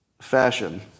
fashion